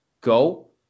go